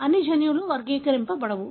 అన్ని జన్యువులు వర్గీకరించబడవు